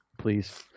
Please